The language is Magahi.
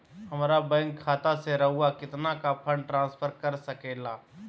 हमरा बैंक खाता से रहुआ कितना का फंड ट्रांसफर कर सके ला?